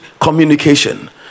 communication